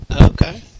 Okay